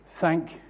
thank